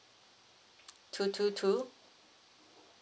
two two two